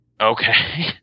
Okay